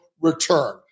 return